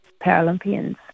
Paralympians